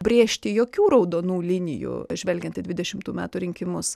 brėžti jokių raudonų linijų žvelgiant į dvidešimtų metų rinkimus